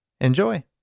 Enjoy